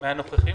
מי בעד הבקשה